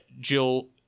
Jill